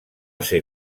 ser